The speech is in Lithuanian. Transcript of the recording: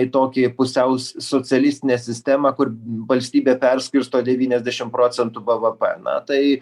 į tokį pusiau socialistinę sistemą kur valstybė perskirsto devyniasdešimt procentų bevepe na tai